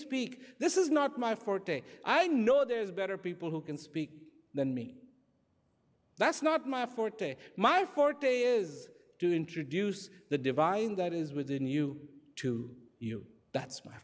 speak this is not my forte i know there's better people who can speak than me that's not my forte my forte is to introduce the divine that is within you to you that's my